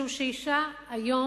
משום שהיום,